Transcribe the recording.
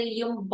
yung